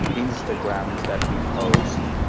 instagrams that we post,